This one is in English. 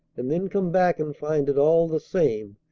and then come back and find it all the same,